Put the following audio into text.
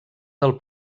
del